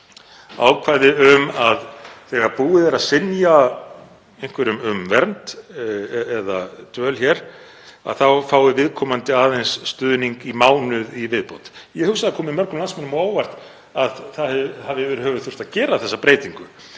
ákvæði um að þegar búið er að synja einhverjum um vernd eða dvöl hér, þá fái viðkomandi aðeins stuðning í mánuð í viðbót. Ég hugsa að mörgum landsmönnum komi á óvart að það hafi yfir höfuð þurft að gera þessa breytingu,